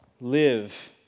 live